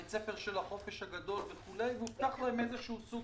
בית הספר של החופש הגדול והובטח להם סוג